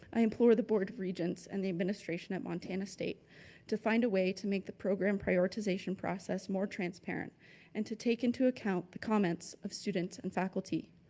i implore the board of regents and the administration at montana state to find a way to make the program prioritization process more transparent and to take into account the comments of students and faculty.